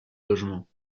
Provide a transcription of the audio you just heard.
logement